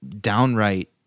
downright